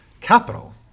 capital